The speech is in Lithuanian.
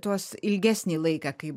tuos ilgesnį laiką kai